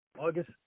August